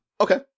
Okay